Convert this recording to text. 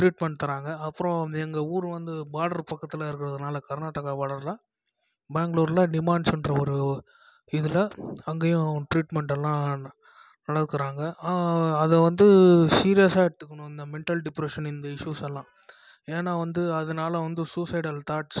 treatment தராங்க அப்புறம் இந்த எங்கள் ஊர் வந்து பார்டர் பக்கத்தில் இருக்கிறதுனால கர்நாடகா பார்டரில் பெங்களூர்ல டிமான்ஸுன்ற ஒரு இதில் அங்கேயும் டிரீட்மெண்ட்டெல்லாம் வழங்குறாங்க அதை வந்து சீரியஸாக எடுத்துக்கணும் இந்த மென்ட்டல் டிப்ரெஷன் இந்த இஸ்யூஸெல்லாம் ஏன்னா வந்து அதனால் வந்து சூசைடல் தாட்ஸ்